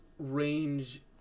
range